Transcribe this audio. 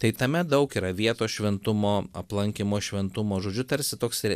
tai tame daug yra vietos šventumo aplankymo šventumo žodžiu tarsi toks